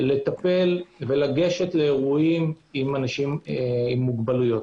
שיידעו לטפל ולגשת לאירועים עם אנשים עם מוגבלויות.